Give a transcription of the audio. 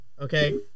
Okay